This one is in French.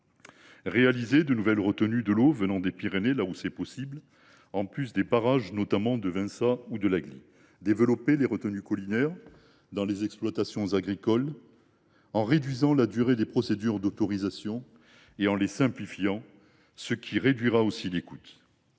réaliser de nouvelles retenues de l’eau venant des Pyrénées, là où c’est possible, en plus des barrages de Vinça ou de l’Agly. Nous devrons développer les retenues collinaires dans les exploitations agricoles, en réduisant la durée des procédures d’autorisation et en les simplifiant, ce qui diminuera aussi les coûts.